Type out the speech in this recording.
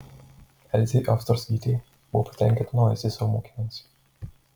elzė ostrovskytė buvo patenkinta naujaisiais savo mokiniais